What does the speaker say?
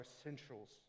essentials